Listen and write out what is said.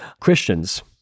Christians